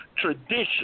tradition